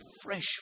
fresh